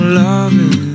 loving